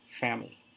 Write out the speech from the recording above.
family